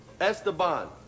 Esteban